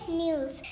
news